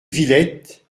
villette